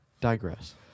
Digress